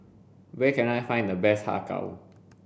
where can I find the best Har Kow